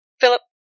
Philip